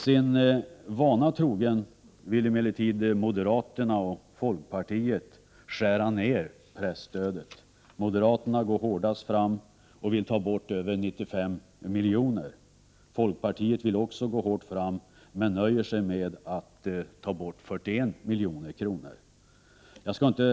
Sin vana trogen vill emellertid moderaterna och folkpartiet skära ned presstödet. Moderaterna går hårdast fram och vill ta bort över 95 milj.kr. Folkpartiet vill också gå hårt fram men nöjer sig med att ta bort 41 milj.kr. Herr talman!